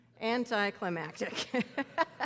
anticlimactic